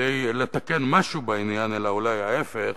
כדי לתקן משהו בעניין, אלא אולי ההיפך,